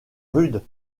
rude